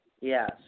Yes